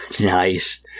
nice